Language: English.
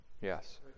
Yes